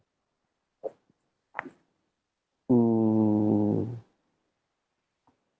mm